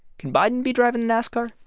can biden be driving the nascar?